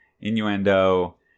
innuendo